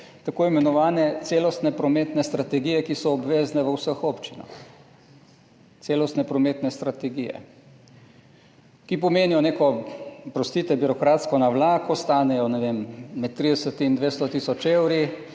tako imenovane celostne prometne strategije, ki so obvezne v vseh občinah. Celostne prometne strategije, ki pomenijo neko, oprostite, birokratsko navlako, stanejo, ne vem, med 30 in 200 tisoč evrov,